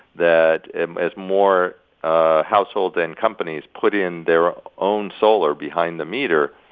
that as more households and companies put in their own solar behind the meter,